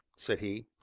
said he.